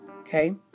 Okay